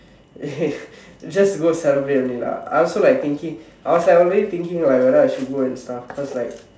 eh just go celebrate only lah I also like thinking I was like thinking like whether to go and stuff cause like